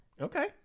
okay